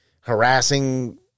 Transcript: harassing